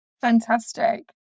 Fantastic